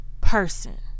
person